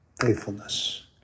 faithfulness